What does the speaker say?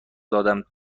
دادم